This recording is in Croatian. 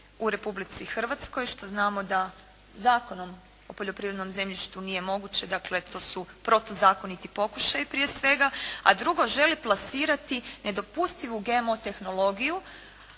u Republici Hrvatskoj, što znamo da Zakonom o poljoprivrednom zemljištu nije moguće, dakle, to su protuzakoniti pokušaji prije svega. A drugo, žele plasirati nedopustivu GMO tehnologiju